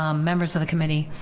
um members of the committee,